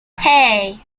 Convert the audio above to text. hey